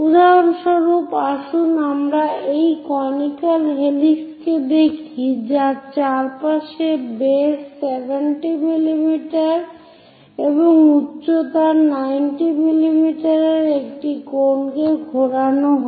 উদাহরণস্বরূপ আসুন আমরা এই কনিক্যাল হেলিক্স কে দেখি যার চারপাশে বেস 70 mm এবং উচ্চতার 90 mm একটি কোনকে ঘোরানো হয়